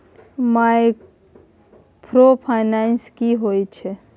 Microfinance की होय छै?